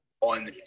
on